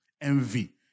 Envy